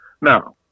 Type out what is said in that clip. Now